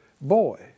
boy